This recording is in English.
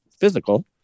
physical